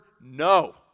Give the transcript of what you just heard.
no